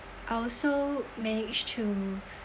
I also managed to